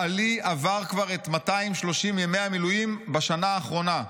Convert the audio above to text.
'בעלי עבר כבר את 230 ימי המילואים בשנה האחרונה.